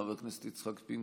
חבר הכנסת יצחק פינדרוס,